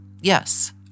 Yes